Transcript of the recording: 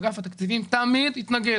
אגף התקציבים תמיד התנגד